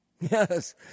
Yes